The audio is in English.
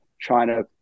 China